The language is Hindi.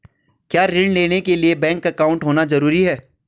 क्या ऋण लेने के लिए बैंक अकाउंट होना ज़रूरी है?